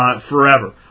forever